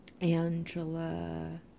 Angela